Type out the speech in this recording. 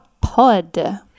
Pod